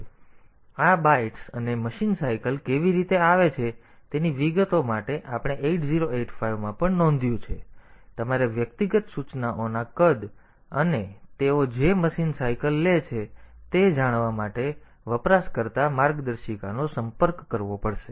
તેથી આ બાઇટ્સ અને મશીન સાઇકલ કેવી રીતે આવે છે તેની વિગતો માટે આપણે 8085 માં પણ નોંધ્યું છે તેથી તમારે વ્યક્તિગત સૂચનાઓના કદ અને તેઓ જે મશીન સાઇકલ લે છે તે જાણવા માટે તમારે વપરાશકર્તા માર્ગદર્શિકાનો સંપર્ક કરવો પડશે